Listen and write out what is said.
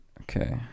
Okay